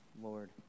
Lord